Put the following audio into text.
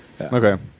Okay